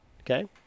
okay